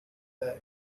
bag